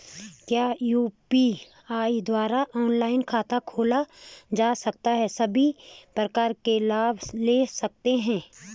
क्या यु.पी.आई द्वारा ऑनलाइन खाता खोला जा सकता है सभी प्रकार के लाभ ले सकते हैं?